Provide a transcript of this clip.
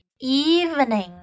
evening